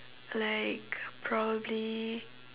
like probably